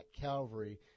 Calvary